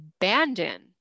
abandon